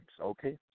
okay